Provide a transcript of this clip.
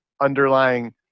underlying